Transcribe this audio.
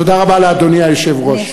תודה רבה לאדוני היושב-ראש.